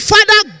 Father